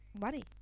money